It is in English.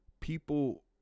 people